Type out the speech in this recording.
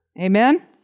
Amen